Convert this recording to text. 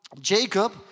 Jacob